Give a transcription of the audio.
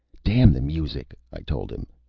damn the music, i told him.